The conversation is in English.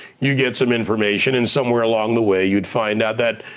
you get some information, and somewhere along the way you'd find out that,